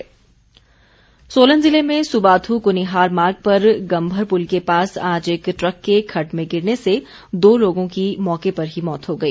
दुर्घटना सोलन जिले में सुबाथू कुनिहार मार्ग पर गम्भर पुल के पास आज एक ट्रक के खड्ड में गिरने से दो लोगों की मौके पर ही मौत हो गई